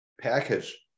package